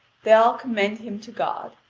they all commend him to god.